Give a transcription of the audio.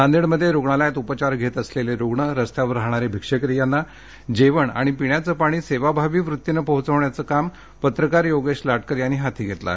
नांदेडमध्ये रुग्णालयात उपचार घेत असलेले रूग्ण रस्त्यावर रहाणारे मिक्षेकरी यांना जेवण आणि पिण्याचे पाणी सेवाभावी वृत्तीने पोहोचवण्याचं काम पत्रकार योगेश लाटकर यांनी हाती घेतलं आहे